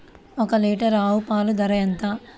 ఒక్క లీటర్ ఆవు పాల ధర ఎంత?